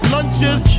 Lunches